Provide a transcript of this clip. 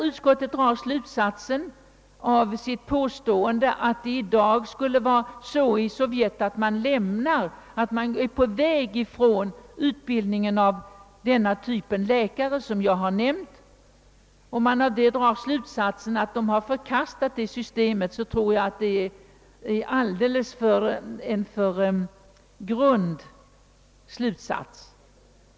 Utskottet framhåller, att man i dag i Sovjet är på väg ifrån utbildningen av denna typ av läkare, När utskottet därav drar slutsatsen, att man i Sovjet har förkastat det systemet, tror jag att utskottet dragit en alltför snabb slutsats.